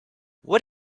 what